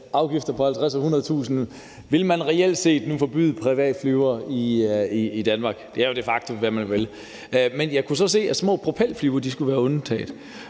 afgifter på 50.000 kr. og 100.000 kr. nu forbyde privatfly i Danmark? Det er jo de facto, hvad man vil, men jeg kunne så se, at små propelfly skulle være undtaget,